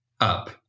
up